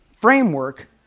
framework